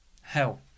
hell